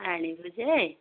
ଆଣିବି ଯେ